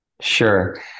Sure